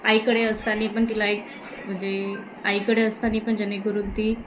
आईकडे असताना पण तिला एक म्हणजे आईकडे असताना पण जेणेकरून ती